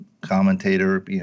commentator